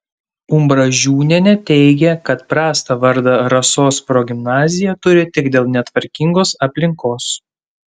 umbražūnienė teigė kad prastą vardą rasos progimnazija turi tik dėl netvarkingos aplinkos